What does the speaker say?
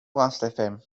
lastfm